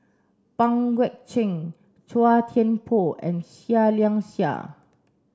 Pang Guek Cheng Chua Thian Poh and Seah Liang Seah